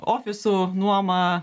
ofisų nuomą